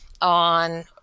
on